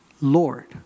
Lord